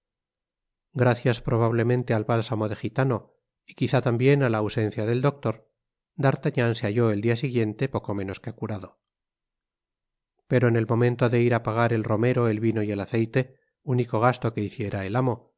gracias probablemente al bálsamo de gitano y quizá tambien a la ausencia del doctor d'artagnan se halló el dia siguiente poco menos que curado pero en el momento de ir á pagar el romero el vino y el aceite único gasto que hiciera el amo